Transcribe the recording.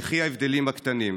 יחי ההבדלים הקטנים.